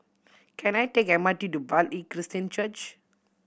can I take M R T to Bartley Christian Church